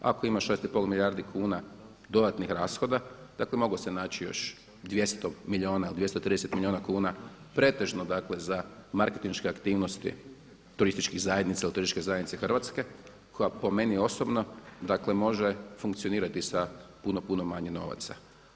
Ako ima 6,5 milijardi kuna dodatnih rashoda, dakle moglo se naći još 200 milijuna ili 230 milijuna kuna pretežno za dakle marketinške aktivnosti turističkih zajednica ili Turističke zajednice Hrvatske koja po meni osobno dakle može funkcionirati sa puno, puno manje novaca.